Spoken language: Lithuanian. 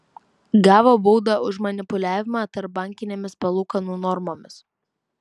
gavo baudą už manipuliavimą tarpbankinėmis palūkanų normomis